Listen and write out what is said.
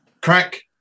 Crack